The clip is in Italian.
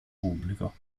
pubblico